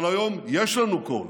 אבל היום יש לנו קול,